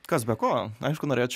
kas be ko aišku norėčiau